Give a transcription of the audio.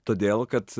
todėl kad